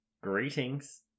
Greetings